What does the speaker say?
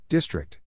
District